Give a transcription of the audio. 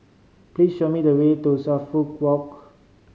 please show me the way to Suffolk Walk